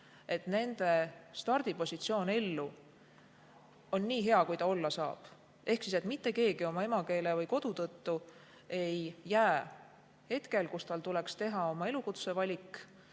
et nende stardipositsioon ellu on nii hea, kui ta olla saab. Ehk siis mitte keegi oma emakeele või kodu tõttu ei pea hetkel, kus tal tuleks teha oma elukutsevalik,